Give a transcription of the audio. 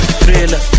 thriller